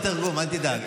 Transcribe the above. הם יעשו תרגום, אל תדאג.